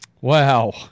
Wow